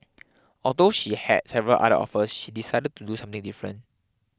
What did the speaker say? although she had several other offers she decided to do something different